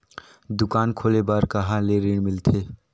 दुकान खोले बार कहा ले ऋण मिलथे?